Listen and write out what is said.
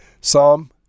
Psalm